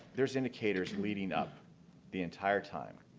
there's indicators leading up the entire time,